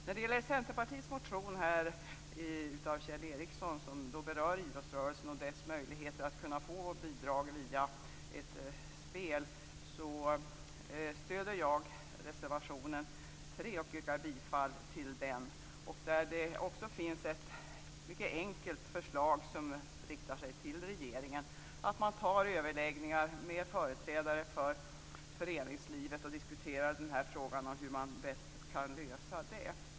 När det gäller den centerpartistiska motionen av Kjell Ericsson, som berör idrottsrörelsen och dess möjligheter att få bidrag via spel, stöder jag reservation 3 och yrkar bifall till denna. Där finns det också ett mycket enkelt förslag riktat till regeringen, nämligen att man har överläggningar med företrädare för föreningslivet och diskuterar hur den här frågan bäst kan lösas.